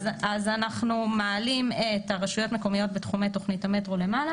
אז אנחנו מעלים את הרשויות המקומיות בתחומי תוכנית המטרו למעלה